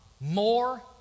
more